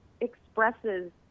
expresses